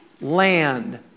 land